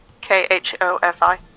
K-H-O-F-I